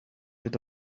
with